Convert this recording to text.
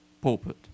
pulpit